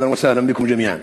אהלן וסהלן בִכם ג'מיען